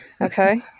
okay